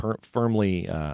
firmly